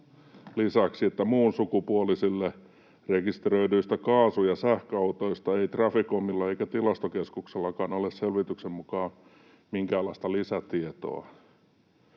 lisäksi, että muunsukupuolisille rekisteröidyistä kaasu- ja sähköautoista ei Traficomilla eikä Tilastokeskuksellakaan ole selvityksen mukaan minkäänlaista lisätietoa.